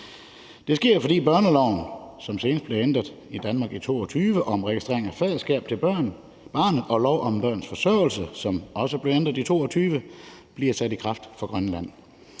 Det sker, fordi børneloven, som senest blev ændret i Danmark i 2022, om registrering af faderskab til barnet og lov om børns forsørgelse, som også blev ændret i 2022, bliver sat i kraft for Grønland.